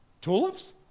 tulips